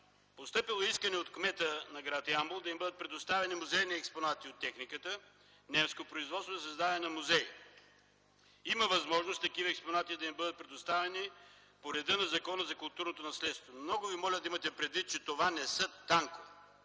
Постъпило е искане от кмета на гр. Ямбол да им бъдат предоставени музейни експонати от техниката – немско производство, за създаване на музей. Има възможност такива експонати да им бъдат предоставени по реда на Закона за културното наследство. Много Ви моля да имате предвид, че това не са танкове.